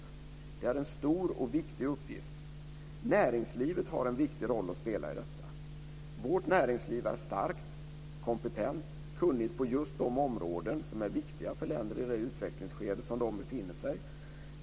Det är en stor och viktig uppgift. Näringslivet har en viktig roll att spela i detta. Vårt näringsliv är starkt, kompetent och kunnigt på just de områden som är viktiga för länder i det utvecklingsskede där dessa länder befinner sig.